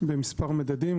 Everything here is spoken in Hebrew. במספר מדדים,